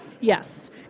Yes